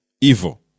evil